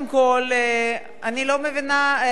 אנחנו חיים במאה ה-21, תודה לאל,